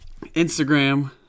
Instagram